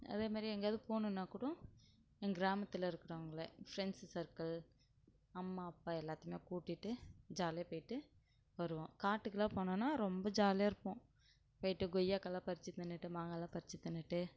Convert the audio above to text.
அதேமாதிரி எங்கேயாவது போணுனாக்கூட எங்கள் கிராமத்தில் இருக்கிறவங்களை ஃப்ரெண்ட்ஸு சர்க்கிள் அம்மா அப்பா எல்லாத்தேயுமே கூட்டிகிட்டு ஜாலியாக போயிட்டு வருவோம் காட்டுக்கெலாம் போனோனால் ரொம்ப ஜாலியாக இருப்போம் போயிட்டு கொய்யாக்காய்லாம் பறித்து தின்னுட்டு மாங்காய்லாம் பறித்து தின்னுட்டு